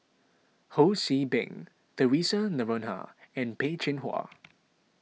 Ho See Beng theresa Noronha and Peh Chin Hua